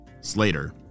Slater